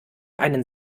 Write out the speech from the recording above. einen